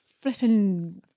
flipping